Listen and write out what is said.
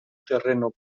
terreno